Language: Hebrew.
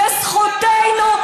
וזכותנו,